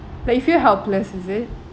like you feel helpless is it